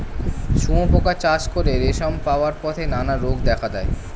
শুঁয়োপোকা চাষ করে রেশম পাওয়ার পথে নানা রোগ দেখা দেয়